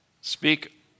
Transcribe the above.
speak